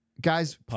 Guy's